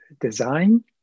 design